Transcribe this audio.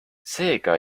seega